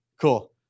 Cool